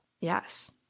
Yes